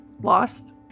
lost